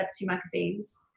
magazines